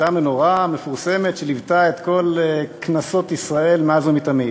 אותה מנורה מפורסמת שליוותה את כל כנסות ישראל מאז ומתמיד.